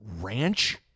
Ranch